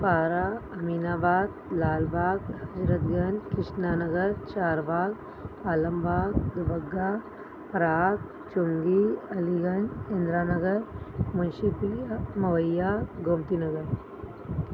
Para Aminabad Lalbagh Hazratganj Krishna Nagar Charbagh Alambagh Dubagga Parag Chungi Aliganj Indira Nagar Munshi Puliya Mawaiya Gomti Nagar